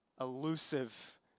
elusive